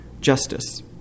justice